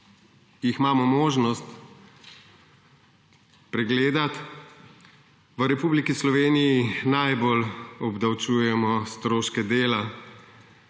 jih imamo možnost pregledati, v Republiki Sloveniji najbolj obdavčujemo stroške dela.